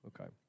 Okay